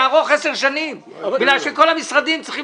יעברו 10 שנים כי כל המשרדים צריכים